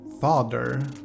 father